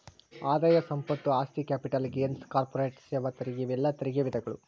ಆದಾಯ ಸಂಪತ್ತು ಆಸ್ತಿ ಕ್ಯಾಪಿಟಲ್ ಗೇನ್ಸ್ ಕಾರ್ಪೊರೇಟ್ ಸೇವಾ ತೆರಿಗೆ ಇವೆಲ್ಲಾ ತೆರಿಗೆ ವಿಧಗಳು